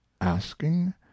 asking